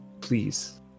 Please